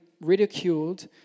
ridiculed